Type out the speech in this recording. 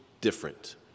different